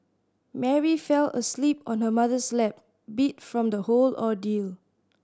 Mary fell asleep on her mother's lap beat from the whole ordeal